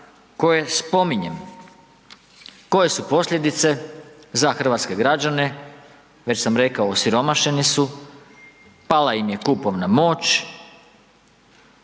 koje spominjem. Koje su posljedice za hrvatske građane? Već sam rekao, osiromašeni su, pala im je kupovna moć,